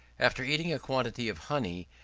after eating a quantity of honey,